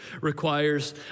requires